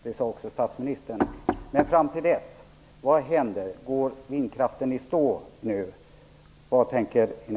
Det sade också statsministern.